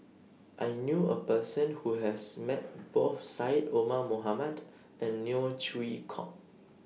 I knew A Person Who has Met Both Syed Omar Mohamed and Neo Chwee Kok